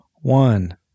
one